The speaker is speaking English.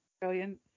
Brilliant